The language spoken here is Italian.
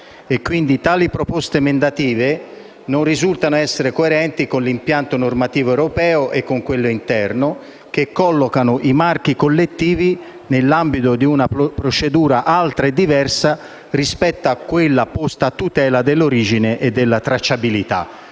Quindi, tali proposte emendative non risultano coerenti con l'impianto normativo europeo e con quello interno, che collocano i marchi collettivi nell'ambito di una procedura altra e diversa rispetto a quella posta a tutela dell'origine e della tracciabilità.